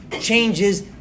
changes